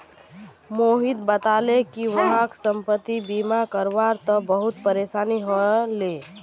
मोहित बताले कि वहाक संपति बीमा करवा त बहुत परेशानी ह ले